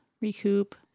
recoup